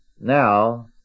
Now